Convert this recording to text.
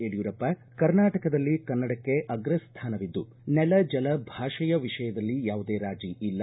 ಯಡಿಯೂರಪ್ಪ ಕರ್ನಾಟಕದಲ್ಲಿ ಕನ್ನಡಕ್ಕೆ ಅಗ್ರಸ್ಥಾನವಿದ್ದು ನೆಲ ಜಲ ಭಾಷೆಯ ವಿಷಯದಲ್ಲಿ ಯಾವುದೇ ರಾಜೀ ಇಲ್ಲ